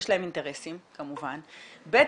יש להם אינטרסים כמובן, ב.